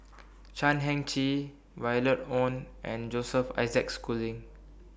Chan Heng Chee Violet Oon and Joseph Isaac Schooling